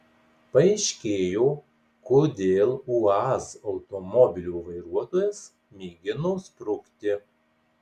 paaiškėjo kodėl uaz automobilio vairuotojas mėgino sprukti